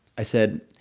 i said,